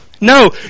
no